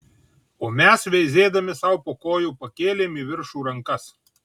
o mes veizėdami sau po kojų pakėlėm į viršų rankas